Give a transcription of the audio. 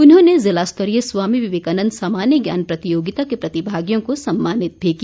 उन्होंने जिला स्तरीय स्वामी विवेकानंद सामान्य ज्ञान प्रतियोगिता के प्रतिभागियों को सम्मानित भी किया